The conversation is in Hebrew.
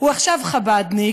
הוא עכשיו חב"דניק,